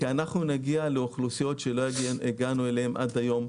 כי אנחנו נגיע לאוכלוסיות שלא הגענו אליהן עד היום,